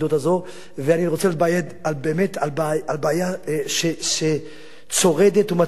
ואני רוצה לדבר באמת על בעיה שצורדת ומצרידה אותנו,